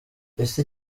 ese